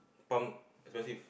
pump expensive